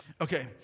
Okay